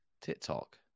TikTok